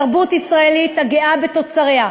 תרבות ישראלית הגאה בתוצריה,